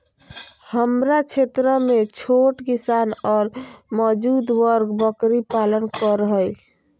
हमरा क्षेत्र में छोट किसान ऑर मजदूर वर्ग बकरी पालन कर हई